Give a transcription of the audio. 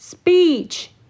Speech